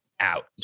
out